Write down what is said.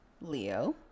Leo